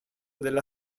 della